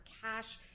cash